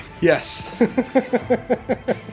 Yes